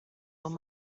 one